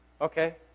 Okay